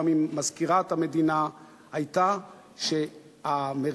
הפעם עם מזכירת המדינה היתה שהאמריקנים,